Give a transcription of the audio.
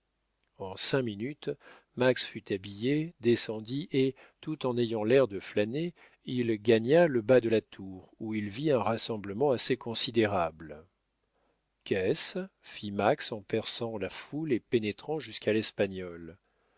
en cinq minutes max fut habillé descendit et tout en ayant l'air de flâner il gagna le bas de la tour où il vit un rassemblement assez considérable qu'est ce fit max en perçant la foule et pénétrant jusqu'à l'espagnol